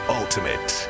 ultimate